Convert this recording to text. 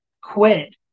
quit